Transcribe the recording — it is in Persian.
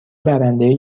برنده